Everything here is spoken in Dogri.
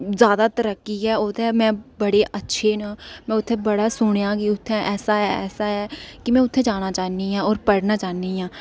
जादा तरक्की ऐ उत्थै में पढ़ेआ अच्छे न में उत्थै बड़ा सुनेआ के उत्थै ऐसा ऐ ऐसा के में उत्थै जाना चाह्न्नी आं और पढ़ना चाह्न्नी आं